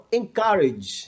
encourage